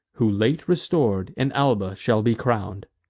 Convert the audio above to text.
who, late restor'd, in alba shall be crown'd.